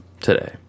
today